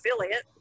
affiliate